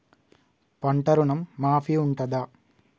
పంట ఋణం మాఫీ ఉంటదా?